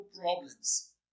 problems